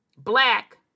Black